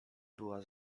była